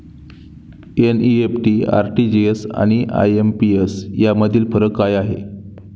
NEFT, RTGS आणि IMPS यामधील फरक काय आहे?